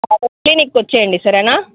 క్లినిక్కి వచ్చెయ్యండి సరేనా